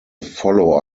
follow